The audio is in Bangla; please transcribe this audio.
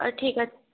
ঠিক আছে